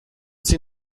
sie